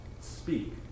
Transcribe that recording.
speak